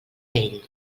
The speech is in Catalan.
ell